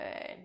Good